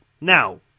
now